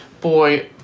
Boy